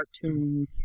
cartoon